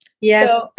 yes